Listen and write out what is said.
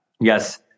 Yes